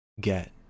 get